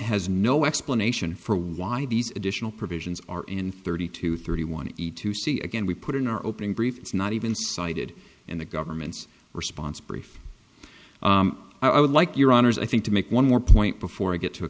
has no explanation for why these additional provisions are in thirty two thirty one to see again we put in our opening brief it's not even cited in the government's response brief i would like your honour's i think to make one more point before i get to a